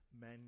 men